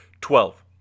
Twelve